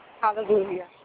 Hallelujah